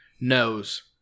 knows